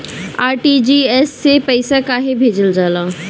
RTGS से पइसा कहे भेजल जाला?